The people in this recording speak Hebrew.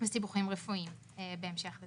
וסיבוכים רפואיים בהמשך.